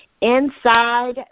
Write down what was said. Inside